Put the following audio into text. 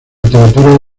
literatura